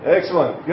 Excellent